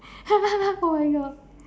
oh my god